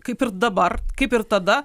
kaip ir dabar kaip ir tada